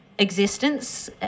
existence